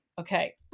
okay